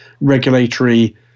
regulatory